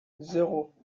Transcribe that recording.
zéro